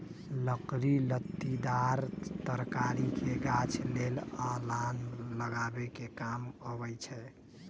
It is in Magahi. लकड़ी लत्तिदार तरकारी के गाछ लेल अलान लगाबे कें काम अबई छै